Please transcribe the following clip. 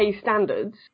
standards